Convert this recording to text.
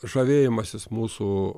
žavėjimasis mūsų